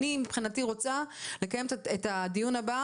אני מבחינתי רוצה לקיים את הדיון הבא